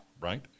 right